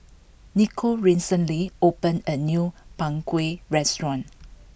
Nicole recently open a new Png Kueh restaurant